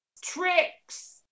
tricks